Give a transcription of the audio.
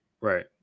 Right